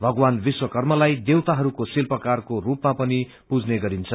भगवान विश्वकर्मालाइ देवताहरूको शिल्पकारको रूपमा पनि पुज्ने गरिन्छ